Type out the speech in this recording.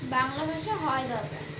বাংলা ভাষা হওয়া দরকার